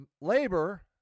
labor